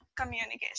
communication